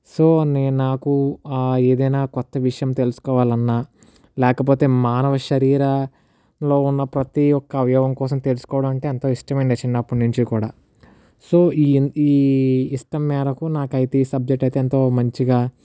so నేను నాకు ఏదైనా కొత్త విషయం తెలుసుకోవాలన్నా లేకపోతే మానవ శరీర లో ఉన్న ప్రతి ఒక్క అవయవం కోసం తెలుసుకోవడం అంటే ఎంతో ఇష్టమండి చిన్నప్పటినుంచి కూడా సో ఈ ఈ ఇష్టం మేరకు నాకైతే ఈ సబ్జెక్ట్ అయితే ఎంతో మంచిగా